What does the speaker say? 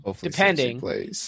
Depending